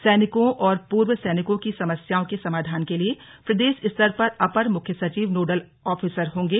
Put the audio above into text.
सैनिकों और पूर्व सैनिकों की समस्याओं के समाधान के लिए प्रदेश स्तर पर अपर मुख्य सचिव नोडल आफिसर होंगे